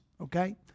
okay